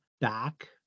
back